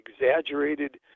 exaggerated